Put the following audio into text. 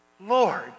Lord